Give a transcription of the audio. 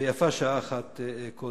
ויפה שעה אחת קודם,